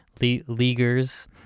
Leaguers